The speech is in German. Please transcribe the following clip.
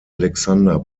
alexander